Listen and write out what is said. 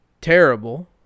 terrible